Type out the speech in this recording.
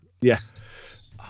Yes